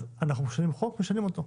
אנחנו משנים אותו.